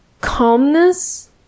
calmness